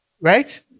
right